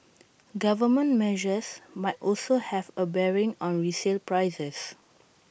government measures might also have A bearing on resale prices